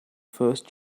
first